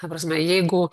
ta prasme jeigu